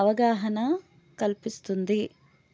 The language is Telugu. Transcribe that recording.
అవగాహన కల్పిస్తుంది